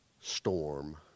storm